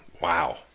Wow